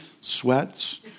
sweats